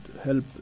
help